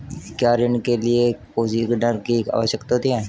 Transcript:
क्या ऋण के लिए कोसिग्नर की आवश्यकता होती है?